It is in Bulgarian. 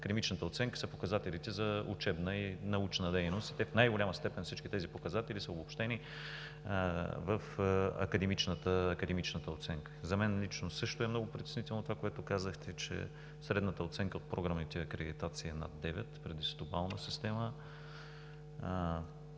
Академичната оценка са показателите за учебна и научна дейност. В най-голяма степен всички тези показатели са обобщени в академичната оценка. За мен лично също е много притеснително това, което казахте, че средната оценка в програмните акредитации е 9 при десетобална система.